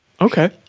Okay